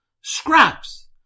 scraps